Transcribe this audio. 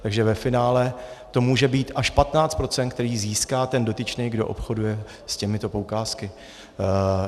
Takže ve finále to může být až 15 %, která získá ten dotyčný, kdo obchoduje s těmito poukázkami.